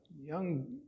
young